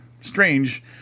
strange